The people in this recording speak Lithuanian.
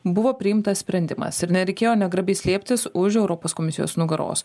buvo priimtas sprendimas ir nereikėjo negrabiai slėptis už europos komisijos nugaros